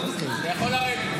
ויספרו לך,